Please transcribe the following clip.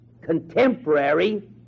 contemporary